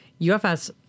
UFS